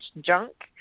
junk